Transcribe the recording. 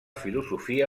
filosofia